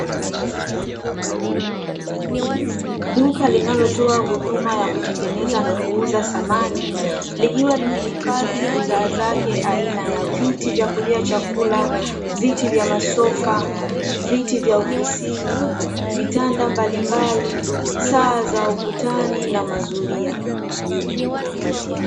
Duka linalotoa huduma ya kutengeneza na kuuza samani, likiwa limehifadhi bidhaa zake aina ya; viti vyakulia chakula, viti vya masofa, viti vya ofisini, vitanda mbalimbali, saa za ukutani na mazulia.